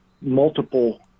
multiple